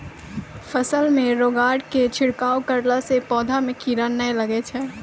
फसल मे रोगऽर के छिड़काव करला से पौधा मे कीड़ा नैय लागै छै?